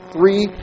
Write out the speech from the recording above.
Three